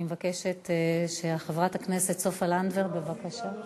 אני מבקשת, חברת הכנסת סופה לנדבר, בבקשה.